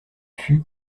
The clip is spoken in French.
fut